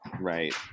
Right